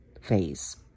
phase